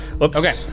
okay